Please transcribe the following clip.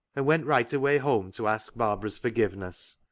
and went right away home to ask barbara's forgiveness.